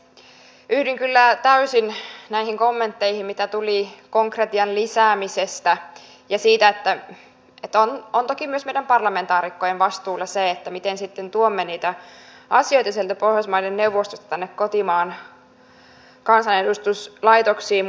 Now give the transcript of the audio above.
yhdyn kyllä täysin näihin kommentteihin mitä tuli konkretian lisäämisestä ja siitä että on toki myös meidän parlamentaarikkojen vastuulla se miten sitten tuomme niitä asioita sieltä pohjoismaiden neuvostosta tänne kotimaan kansanedustuslaitokseen